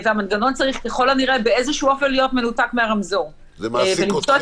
והמנגנון צריך ככל הנראה באיזשהו אופן להיות מנותק מהרמזור ולמצוא את